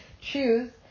choose